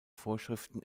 vorschriften